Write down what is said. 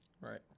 Right